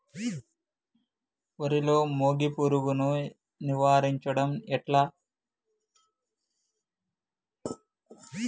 వరిలో మోగి పురుగును నివారించడం ఎట్లా?